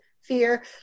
Fear